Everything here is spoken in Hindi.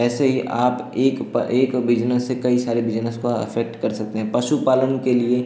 ऐसे ही आप एक एक बिज़नेस से कई सारे बिज़नेस काे इफ़ेक्ट कर सकते हैं पशु पालन के लिए